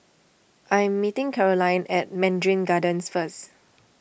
I am meeting Carolyn at Mandarin Gardens first